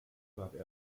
warb